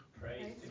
Praise